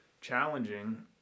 challenging